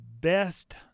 best